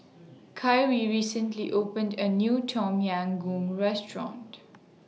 Kyree recently opened A New Tom Yam Goong Restaurant